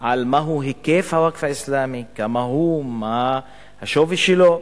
מהו היקף הווקף האסלאמי, כמה הוא, מה השווי שלו.